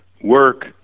work